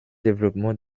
développement